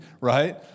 right